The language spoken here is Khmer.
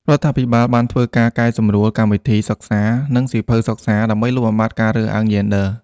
រដ្ឋាភិបាលបានធ្វើការកែសម្រួលកម្មវិធីសិក្សា និងសៀវភៅសិក្សា ដើម្បីលុបបំបាត់ការរើសអើងយេនឌ័រ។